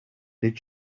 did